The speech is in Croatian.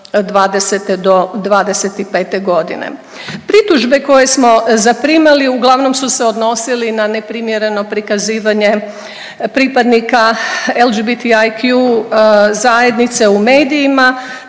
'20. - do '25. godine. Pritužbe koje smo zaprimali uglavnom su se odnosili na neprimjereno prikazivanje pripadnika LGBTIQ zajednice u medijima.